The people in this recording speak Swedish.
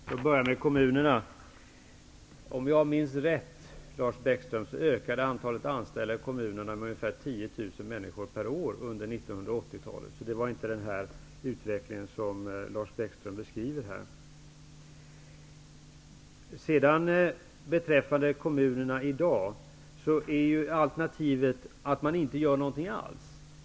Herr talman! Låt mig börja med kommunerna. Om jag minns rätt, Lars Bäckström, ökade antalet anställda i kommunerna med ungefär 10 000 människor per år under 1980-talet. Det är inte den utveckling som Lars Bäckström beskriver här. När det gäller kommunerna i dag är alternativet att man inte gör något alls.